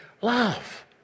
love